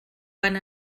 quan